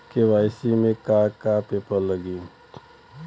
KYC में का का पेपर लगी?